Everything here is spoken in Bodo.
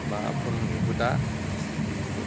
मा फ'न होनो बेखौ दा